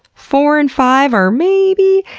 four and five are maybe,